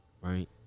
right